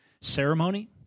ceremony